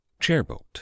Chairboat